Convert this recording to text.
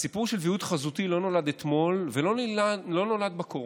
הסיפור של היוועדות חזותית לא נולד אתמול ולא נולד בקורונה.